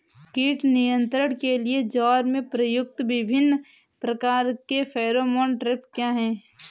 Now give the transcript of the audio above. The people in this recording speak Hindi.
कीट नियंत्रण के लिए ज्वार में प्रयुक्त विभिन्न प्रकार के फेरोमोन ट्रैप क्या है?